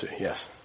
yes